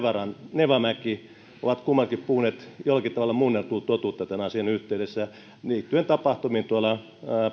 nevamäki ovat kummatkin puhuneet jollakin tavalla muunneltua totuutta tämän asian yhteydessä liittyen tapahtumiin tuolla